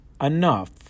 enough